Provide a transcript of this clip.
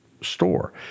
store